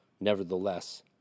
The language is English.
Nevertheless